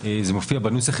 זה מופיע בנוסח,